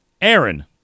Aaron